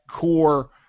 core